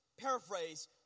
paraphrase